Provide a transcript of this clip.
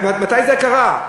מתי זה קרה?